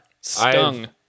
Stung